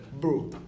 bro